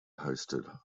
hosted